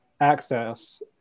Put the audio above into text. Access